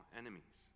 enemies